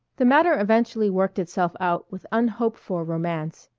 the matter eventually worked itself out with unhoped-for romance.